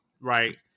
right